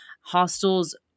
hostels